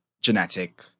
genetic